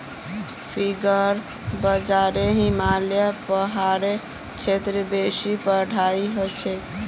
finger बाजरा हिमालय पहाड़ेर क्षेत्रत बेसी बढ़िया हछेक